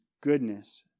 goodness